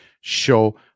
show